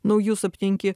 naujus aptinki